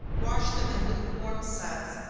wash them in lukewarm suds,